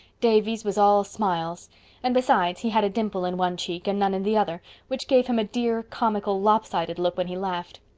davy's was all smiles and besides, he had a dimple in one cheek and none in the other, which gave him a dear, comical, lopsided look when he laughed.